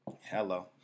Hello